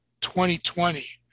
2020